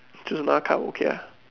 choose another card okay ah